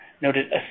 noted